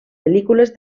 pel·lícules